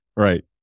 Right